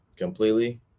Completely